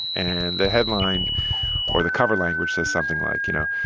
and the headline or the cover language says something like, you know